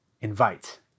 invite